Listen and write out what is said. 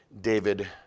David